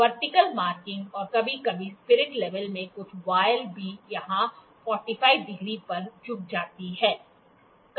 vertical marking और कभी कभी स्पिरिट लेवल में कुछ वॉयल भी यहां 45 डिग्री पर झुक जाती हैं